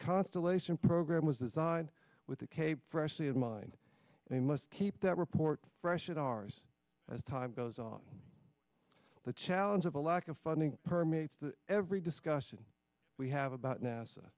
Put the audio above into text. constellation program was designed with the cape freshly in mind they must keep that report fresh at ours as time goes on the challenge of a lack of funding permeates the every discussion we have about nasa